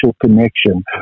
connection